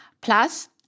Plus